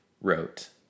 wrote